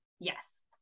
Yes